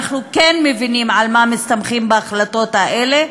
אנחנו כן מבינים על מה מסתמכים בהחלטות האלה.